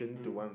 mm